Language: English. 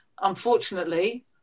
Unfortunately